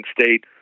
State